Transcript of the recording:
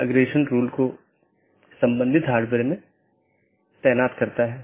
एक IBGP protocol है जो कि सब चीजों से जुड़ा हुआ है